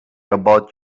about